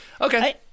okay